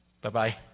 Bye-bye